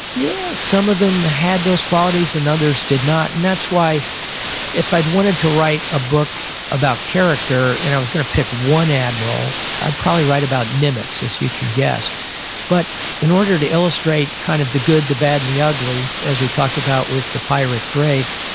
yeah some of them had those qualities and others did not. and that's why if i wanted to write a book about character and i was going to pick one admiral i'd probably write about nimitz, as you can guess but in order to illustrate kind of the good, the bad and the ugly, as we talked about with the pirate drake,